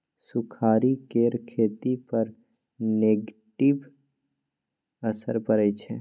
सुखाड़ि केर खेती पर नेगेटिव असर परय छै